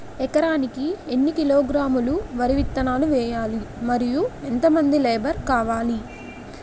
ఎకరానికి ఎన్ని కిలోగ్రాములు వరి విత్తనాలు వేయాలి? మరియు ఎంత మంది లేబర్ కావాలి?